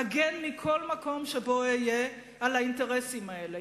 אגן מכל מקום שבו אהיה על האינטרסים האלה,